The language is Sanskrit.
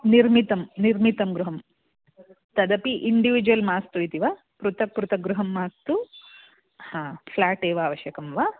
निर्मितं निर्मितं गृहं तदपि इन्डिविजुवल् मास्तु इति वा पृथक् पृथक् गृहं मास्तु हा फ़्लाट् एव आवश्यकं वा